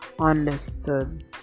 understood